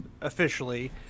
officially